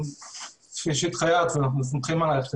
כפי שהתחייבת ואנחנו סומכים עלייך,